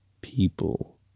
people